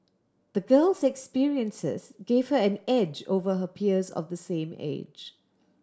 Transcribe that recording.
the girl's experiences gave her an edge over her peers of the same age